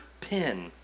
pin